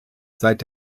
seit